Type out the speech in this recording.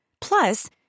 Plus